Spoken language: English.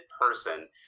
person